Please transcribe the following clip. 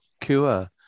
cure